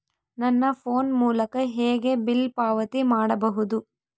ನನ್ನ ಫೋನ್ ಮೂಲಕ ಹೇಗೆ ಬಿಲ್ ಪಾವತಿ ಮಾಡಬಹುದು?